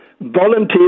volunteers